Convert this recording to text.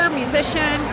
musician